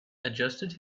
adjusted